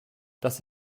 das